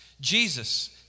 Jesus